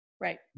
Right